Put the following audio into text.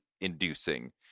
inducing